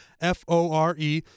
F-O-R-E